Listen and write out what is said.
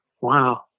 wow